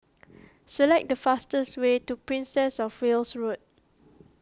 select the fastest way to Princess of Wales Road